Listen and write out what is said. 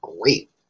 great